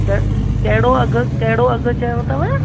त कहिड़ो अघु कहिड़ो अघु चयो अथव